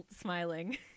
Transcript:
smiling